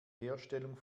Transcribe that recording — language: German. herstellung